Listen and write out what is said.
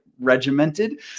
regimented